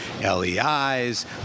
LEIs